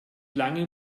lange